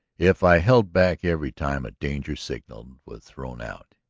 if i held back every time a danger-signal was thrown out,